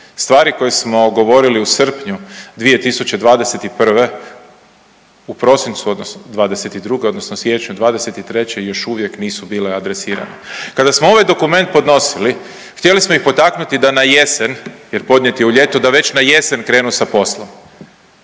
Stvari koje smo govorili u srpnju 2021., u prosincu odnosno '22., odnosno siječnju '23. još uvijek nisu bile adresirane. Kada smo ovaj dokument podnosili htjeli smo ih potaknuti da na jesen jer podnijet je u ljetu, da već na jesen krenu sa poslom.